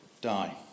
die